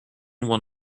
will